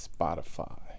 Spotify